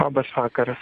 labas vakaras